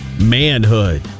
manhood